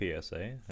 PSA